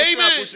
Amen